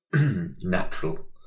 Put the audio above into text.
natural